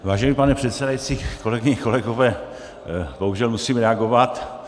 Vážený pane předsedající, kolegyně, kolegové, bohužel musím reagovat.